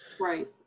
Right